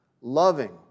loving